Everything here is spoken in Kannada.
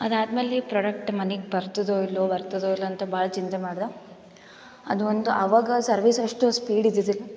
ಅದು ಆದ ಮ್ಯಾಲೆ ಪ್ರಾಡಕ್ಟ್ ಮನೆಗ್ ಬರ್ತದೋ ಇಲ್ಲೊ ಬರ್ತದೋ ಇಲ್ಲೊ ಅಂತ ಭಾಳ ಚಿಂತೆ ಮಾಡ್ದೆ ಅದು ಒಂದು ಆವಾಗ ಸರ್ವಿಸ್ ಅಷ್ಟು ಸ್ಪೀಡ್ ಇದ್ದಿದಿಲ್ಲ